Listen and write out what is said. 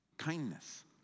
Kindness